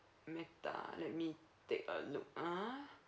mata let me take a look ah